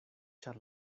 ĉar